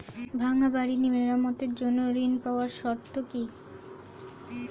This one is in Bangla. ভাঙ্গা বাড়ি মেরামতের জন্য ঋণ পাওয়ার শর্ত কি?